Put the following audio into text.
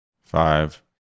five